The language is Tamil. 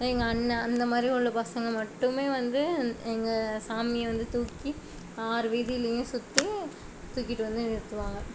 எங்கள் அண்ணன் அந்த மாதிரி உள்ள பசங்கள் மட்டும் வந்து எங்க சாமியை வந்து தூக்கி ஆறு வீதிலையும் சுற்றி தூக்கிட்டு வந்து நிறுத்துவாங்க